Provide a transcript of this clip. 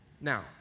Now